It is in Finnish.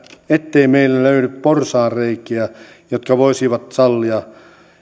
ettei meillä löydy porsaanreikiä jotka voisivat sallia